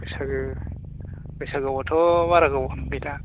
बैसागो बैसागोआवबाथ' बारा गोबावआनो गैला